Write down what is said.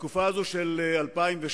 בתקופה הזאת, של 2006,